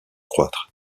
croître